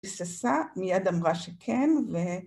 היססה מיד אמרה שכן ו...